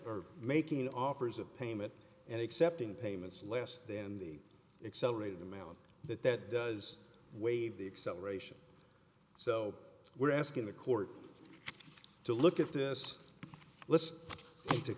for making offers of payment and accepting payments less than the excel rated amount that that does waive the acceleration so we're asking the court to look at this let's say to